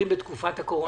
בתקופת הקורונה.